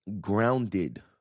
grounded